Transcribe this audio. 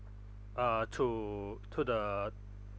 uh to to the